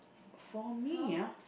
for me ah